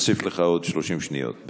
נוסיף לך עוד 30 שניות.